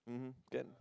mmhmm can